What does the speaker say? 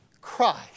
Christ